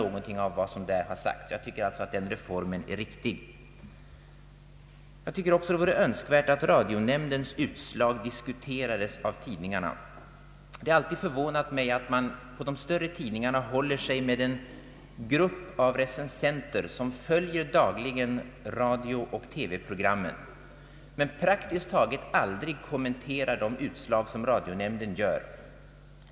Denna reform bör hälsas med tillfredsställelse. Det vore också önskvärt att Radionämndens utslag diskuterades av tidningarna. De större tidningarna håller sig med recensenter som dagligen följer radiooch TV-programmen men praktiskt taget aldrig kommenterar de beslut som Radionämnden fattar.